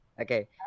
Okay